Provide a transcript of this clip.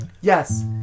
Yes